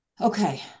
Okay